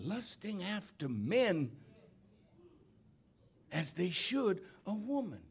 lasting after men as they should a woman